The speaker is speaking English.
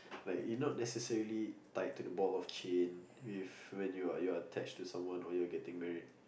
but you not necessarily tight to the ball of chain with when you are you are attached to someone or you are getting married